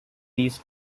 these